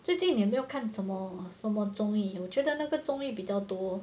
最近你有没有看什么什么综艺我觉得那个综艺比较多